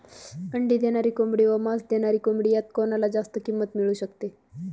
अंडी देणारी कोंबडी व मांस देणारी कोंबडी यात कोणाला जास्त किंमत मिळू शकते?